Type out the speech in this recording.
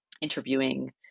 interviewing